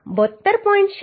86 હશે આ 72